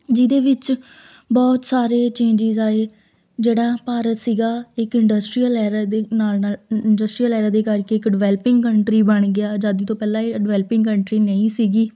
ਜਿਹਦੇ ਵਿੱਚ ਬਹੁਤ ਸਾਰੇ ਚੇਜਿੰਸ ਆਏ ਜਿਹੜਾ ਭਾਰਤ ਸੀਗਾ ਇੱਕ ਇੰਨਡਸਰੀਅਲ ਐਰਾ ਦੇ ਨਾਲ ਨਾਲ ਇੰਨਡਸਰੀਅਲ ਐਰਾ ਦੇ ਕਰਕੇ ਡਿਵੈਲਪਿੰਗ ਕੰਨਟਰੀ ਬਣ ਗਿਆ ਅਜ਼ਾਦੀ ਤੋਂ ਪਹਿਲਾਂ ਇਹ ਡਿਵੈਲਪਿੰਗ ਕੰਨਟਰੀ ਨਹੀਂ ਸੀਗੀ